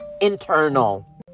internal